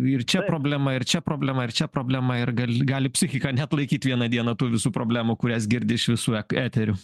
ir čia problema ir čia problema ir čia problema ir gal gali psichika neatlaikyt vieną dieną tų visų problemų kurias girdi iš visų ek eterių